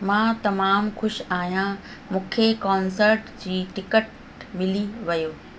मां तमामु ख़ुशि आहियां मूखे कॉन्सर्ट जो टिकट मिली वियो